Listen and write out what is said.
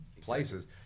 places